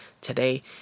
today